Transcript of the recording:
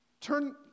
turn